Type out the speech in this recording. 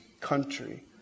country